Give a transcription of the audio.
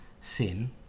sin